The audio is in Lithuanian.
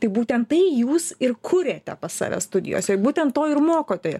tai būtent tai jūs ir kuriate pas save studijose būtent to ir mokote